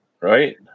right